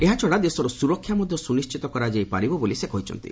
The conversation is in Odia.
ଏହାଛଡ଼ା ଦେଶର ସୁରକ୍ଷା ମଧ୍ୟ ସୁନିଶ୍ଚିତ କରାଯାଇ ପାରିବ ବୋଲି ସେ କହିଛନ୍ତି